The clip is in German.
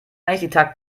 eigentlich